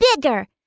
bigger